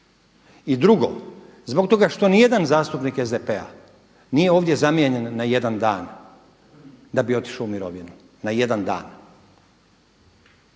I drugo, zbog toga što nijedan zastupnik SDP-a nije ovdje zamijenjen na jedan dan da bi otišao u mirovinu, na jedan dan.